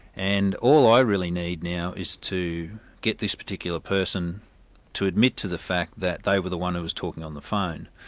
and all i really need now is to get this particular person to admit to the fact that they were the one who was talking on the phone.